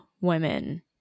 women